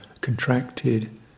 contracted